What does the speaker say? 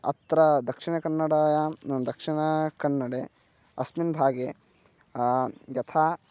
अत्र दक्षिणकन्नडायां दक्षिणकन्नडे अस्मिन् भागे यथा